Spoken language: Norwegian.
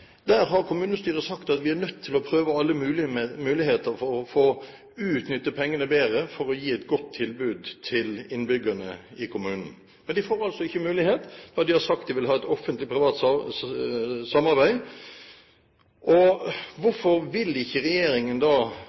Der har kommunestyret sagt at de er nødt til å prøve alle muligheter for å utnytte pengene bedre for å kunne gi et godt tilbud til innbyggerne i kommunen. Men de får altså ikke mulighet da de har sagt at de vil ha et Offentlig Privat Samarbeid. Hvorfor vil ikke regjeringen da